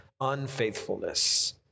unfaithfulness